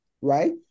right